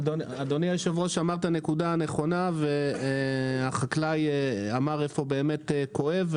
אדוני היושב-ראש אמר את הנקודה הנכונה והחקלאי אמר איפה באמת כואב,